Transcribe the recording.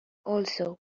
also